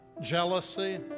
jealousy